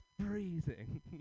freezing